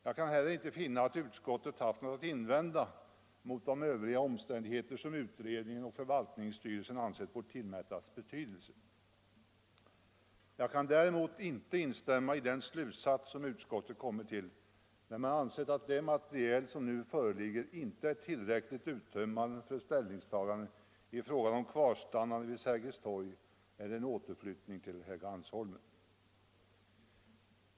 Jag kan heller inte finna att utskottet haft något att invända mot övriga omständigheter som utredningen och förvaltningsstyrelsen ansett bort tillmätas betydelse. Jag kan däremot inte instämma i den slutsats som utskottet kommit till när man ansett att det material som nu föreligger inte är tillräckligt uttömmande för ett ställningstagande i frågan om kvarstannande vid Sergels torg eller en återflyttning till Helgeandsholmen.